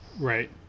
Right